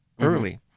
early